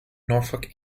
norfolk